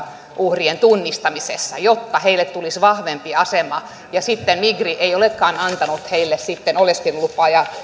uhrien tunnistamisessa jotta heille tulisi vahvempi asema ja sitten migri ei olekaan antanut heille oleskelulupaa olemme tästä puhuneet